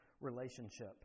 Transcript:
relationship